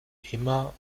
immer